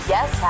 Yes